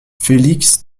félix